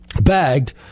bagged